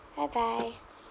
bye bye